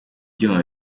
byuma